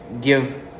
give